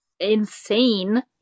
insane